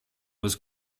was